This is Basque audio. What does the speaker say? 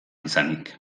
izanik